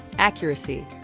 accuracy.